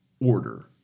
order